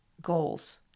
goals